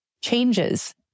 changes